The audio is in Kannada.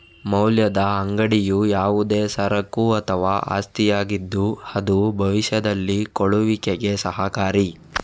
ಮೌಲ್ಯದ ಅಂಗಡಿಯು ಯಾವುದೇ ಸರಕು ಅಥವಾ ಆಸ್ತಿಯಾಗಿದ್ದು ಅದು ಭವಿಷ್ಯದಲ್ಲಿ ಕೊಳ್ಳುವಿಕೆಗೆ ಸಹಕಾರಿ